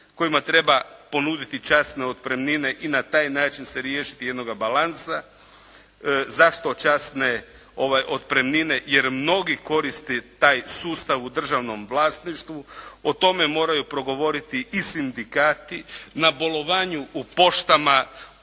kojima treba ponuditi časne otpremnine i na taj način se riješiti jednoga balansa. Zašto časne otpremnine? Jer mnogi koriste taj sustav u državnom vlasništvu. O tome moraju progovoriti i sindikati. Na bolovanju u poštama dnevno